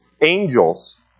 angels